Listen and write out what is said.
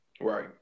Right